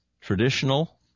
traditional